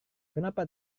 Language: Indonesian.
kenapa